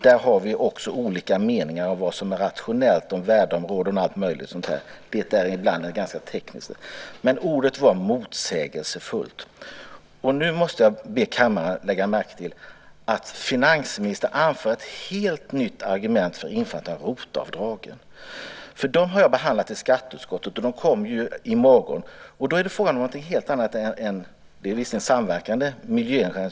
Där har vi också olika meningar om vad som är rationellt när det gäller värdeområden och allt möjligt. Det är ibland en ganska teknisk fråga. Men ordet var motsägelsefullt, och nu måste jag be kammaren att lägga märke till att finansministern anför ett helt nytt argument för införandet av ROT-avdragen. De har behandlats i skatteutskottet, och de ska vi besluta om i morgon. Det är visserligen fråga om samverkande miljöhänsyn.